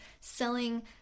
selling